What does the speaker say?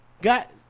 Got